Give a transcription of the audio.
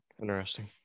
Interesting